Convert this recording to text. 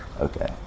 Okay